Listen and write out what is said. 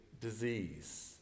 disease